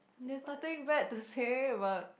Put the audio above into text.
there's nothing bad to say about